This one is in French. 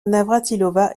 navrátilová